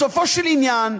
בסופו של עניין,